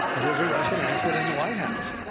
there's a russian asset in the white house.